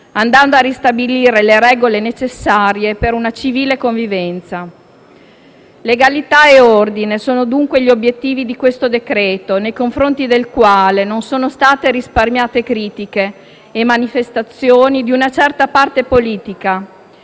andando a ristabilire le regole necessarie per una civile convivenza. Legalità e ordine sono dunque gli obiettivi del decreto-legge in esame, nei confronti del quale non sono state risparmiate critiche e manifestazioni di una certa parte politica